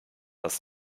dass